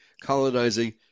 colonizing